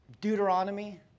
Deuteronomy